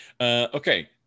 okay